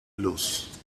luz